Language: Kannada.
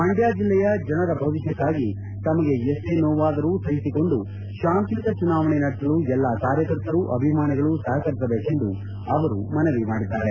ಮಂಡ್ವ ಜಿಲ್ಲೆಯ ಜನರ ಭವಿಷ್ಣಕ್ಕಾಗಿ ತಮಗೆ ಎಷ್ಷೇ ನೋವಾದರೂ ಸಹಿಸಿಕೊಂಡು ಶಾಂತಿಯುತ ಚುನಾವಣೆ ನಡೆಸಲು ಎಲ್ಲಾ ಕಾರ್ಯಕರ್ತರು ಅಭಿಮಾನಿಗಳು ಸಹಕರಿಸಬೇಕೆಂದು ಅವರು ಮನವಿ ಮಾಡಿದ್ದಾರೆ